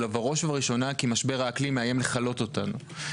אלא בראש ובראשונה כי משבר האקלים מאיים לכלות אותנו.